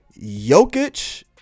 Jokic